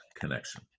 Connection